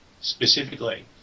specifically